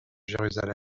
jérusalem